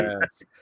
yes